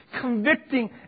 convicting